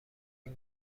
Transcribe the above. این